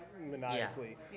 maniacally